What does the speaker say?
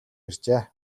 иржээ